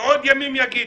ועוד ימים יגידו,